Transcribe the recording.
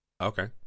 Okay